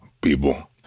people